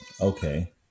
Okay